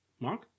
Mark